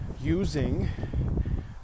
using